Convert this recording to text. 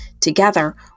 Together